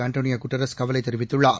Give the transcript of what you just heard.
Antonio Guterres கவலை தெரிவித்துள்ளார்